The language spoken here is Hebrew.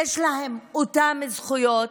יש את אותן זכויות,